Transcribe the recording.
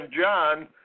John